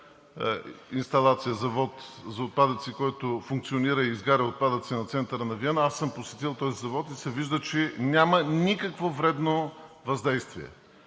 инсталация за отпадъци, която функционира и която изгаря отпадъци на центъра на Виена – аз съм посетил този завод, и се вижда, че няма никакво вредно въздействие.